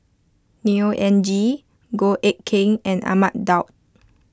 Neo Anngee Goh Eck Kheng and Ahmad Daud